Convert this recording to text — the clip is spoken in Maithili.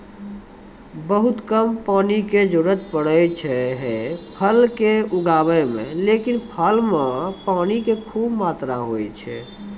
बहुत कम पानी के जरूरत पड़ै छै है फल कॅ उगाबै मॅ, लेकिन फल मॅ पानी के खूब मात्रा होय छै